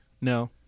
No